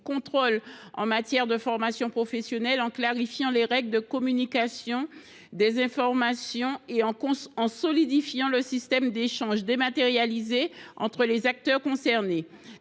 contrôles en matière de formation professionnelle en clarifiant les règles de communication des informations et en solidifiant le système d’échange dématérialisé entre les acteurs concernés.